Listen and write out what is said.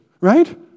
right